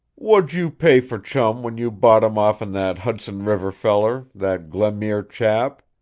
what d'j' you pay for chum when you bought him off'n that hudson river feller that glenmuir chap?